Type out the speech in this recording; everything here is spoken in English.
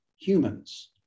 humans